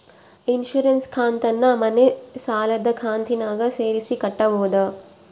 Insurance ಕಂತನ್ನ ಮನೆ ಸಾಲದ ಕಂತಿನಾಗ ಸೇರಿಸಿ ಕಟ್ಟಬೋದ?